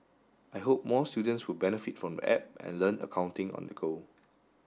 I hope more students will benefit from the app and learn accounting on the go